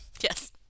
Yes